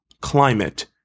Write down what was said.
climate